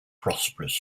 prosperous